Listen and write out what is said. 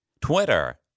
Twitter